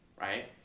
right